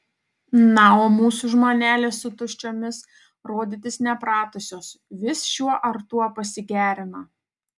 na o mūsų žmonelės su tuščiomis rodytis nepratusios vis šiuo ar tuo pasigerina